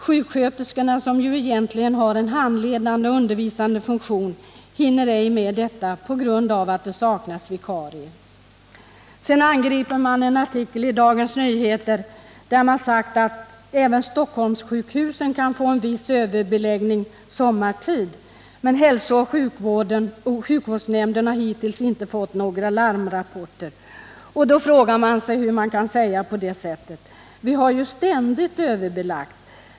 Sjuksköterskorna, som ju egentligen har en handledande och undervisande funktion, hinner ej med detta på grund av att det saknas vikarier.” Sedan angriper man en artikel i Dagens Nyheter, där det sagts: ”Även Stockholmssjukhusen kan få en viss överbeläggning sommartid, men hälsooch sjukvårdsnämnden har hittills inte fått några larmrapporter.” Man frågar sig hur nämnden kan uttala sig på det sättet. ” Vi har ju ständigt överbelagt.